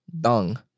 Dung